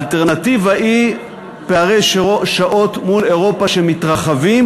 האלטרנטיבה היא פערי שעות מול אירופה שמתרחבים